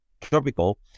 tropical